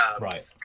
right